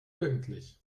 pünktlich